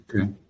Okay